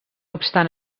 obstant